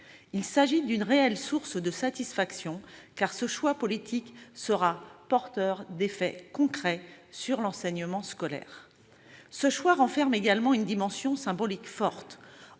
Il s'agit d'une réelle source de satisfaction, car ce choix politique sera porteur d'effets concrets sur l'enseignement scolaire. Ce choix renferme également une dimension symbolique forte.